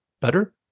better